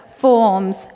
forms